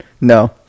No